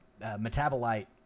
metabolite